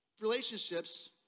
relationships